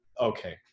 Okay